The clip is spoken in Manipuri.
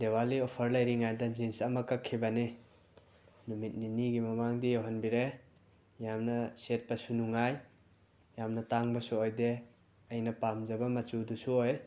ꯗꯤꯋꯥꯂꯤ ꯑꯣꯐꯔ ꯂꯩꯔꯤꯉꯩꯗ ꯖꯤꯟꯁ ꯑꯃ ꯀꯛꯈꯤꯕꯅꯤ ꯅꯨꯃꯤꯠ ꯅꯤꯅꯤꯒꯤ ꯃꯃꯥꯡꯗ ꯌꯧꯍꯟꯕꯤꯔꯛꯑꯦ ꯌꯥꯝꯅ ꯁꯦꯠꯄꯁꯨ ꯅꯨꯡꯉꯥꯏ ꯌꯥꯝꯅ ꯇꯥꯡꯕꯁꯨ ꯑꯣꯏꯗꯦ ꯑꯩꯅ ꯄꯥꯝꯖꯕ ꯃꯆꯨꯗꯨꯁꯨ ꯑꯣꯏ